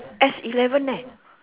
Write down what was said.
S-eleven eh